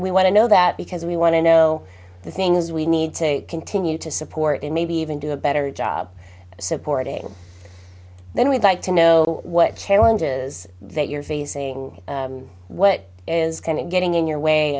we want to know that because we want to know the things we need to continue to support and maybe even do a better job supporting then we'd like to know what challenges that you're facing what is kind of getting in your way